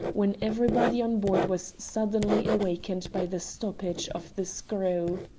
when everybody on board was suddenly awakened by the stoppage of the screw.